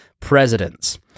presidents